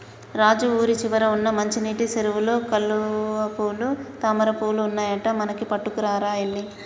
రాజు ఊరి చివర వున్న మంచినీటి సెరువులో కలువపూలు తామరపువులు ఉన్నాయట మనకి పట్టుకురా ఎల్లి